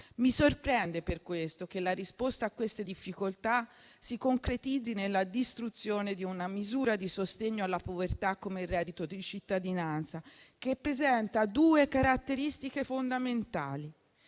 Mi sorprende pertanto che la risposta a queste difficoltà si concretizzi nella distruzione di una misura di sostegno alla povertà come il reddito di cittadinanza, che presenta due caratteristiche fondamentali: